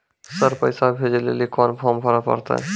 Sir पैसा भेजै लेली कोन फॉर्म भरे परतै?